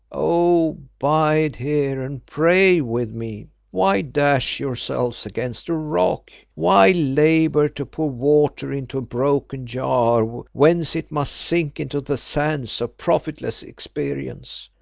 oh! bide here and pray with me. why dash yourselves against a rock? why labour to pour water into a broken jar whence it must sink into the sands of profitless experience,